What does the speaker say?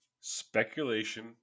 Speculation